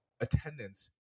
attendance